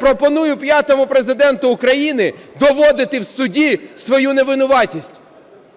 Пропоную п'ятому Президенту України доводити в суді свою невинуватість".